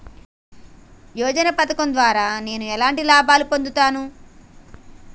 యోజన పథకం ద్వారా నేను ఎలాంటి లాభాలు పొందుతాను?